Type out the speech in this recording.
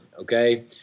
Okay